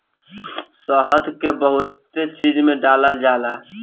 शहद के बहुते चीज में डालल जाला